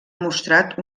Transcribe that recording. mostrat